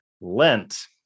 Lent